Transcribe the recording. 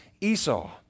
Esau